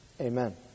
Amen